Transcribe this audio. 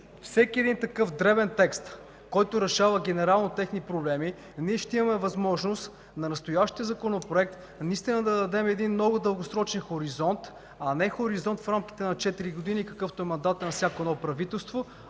всеки такъв дребен текст, който решава генерално техни проблеми, ние ще имаме възможност на настоящия Законопроект да дадем много дългосрочен хоризонт, а не хоризонт в рамките на четири години, какъвто е мандатът на всяко правителство.